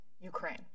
Ukraine